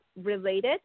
related